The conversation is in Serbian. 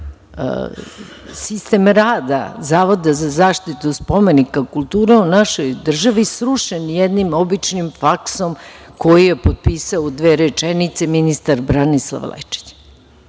sistem rada Zavoda za zaštitu spomenika kulture u našoj državi srušen jednim običnim faksom koji je potpisao u dve rečenice ministar Branislav Lečić. Kad